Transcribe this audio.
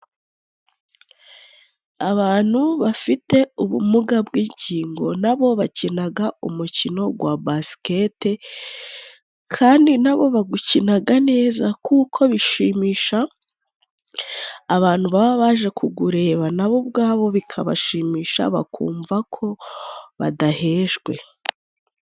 Abantu bafite ubumuga bw’ingingo na bo bakinaga umukino gwa basikete, kandi na bo bagukinaga neza kuko bishimisha abantu baba baje kugureba, na bo ubwabo bikabashimisha, bakumva ko badahejwe.